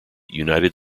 united